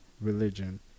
religion